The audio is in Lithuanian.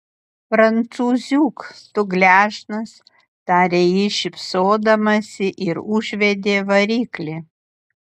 prancūziuk tu gležnas tarė ji šypsodamasi ir užvedė variklį